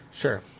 Sure